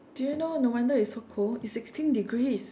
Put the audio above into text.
do you know no wonder it's so cold it's sixteen degrees